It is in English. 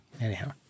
anyhow